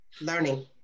Learning